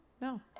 No